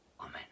Amen